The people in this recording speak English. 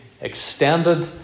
extended